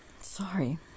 sorry